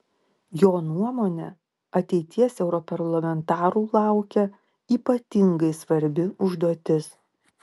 jo nuomone ateities europarlamentarų laukia ypatingai svarbi užduotis